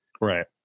Right